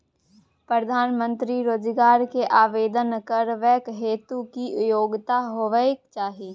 प्रधानमंत्री रोजगार के आवेदन करबैक हेतु की योग्यता होबाक चाही?